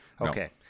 okay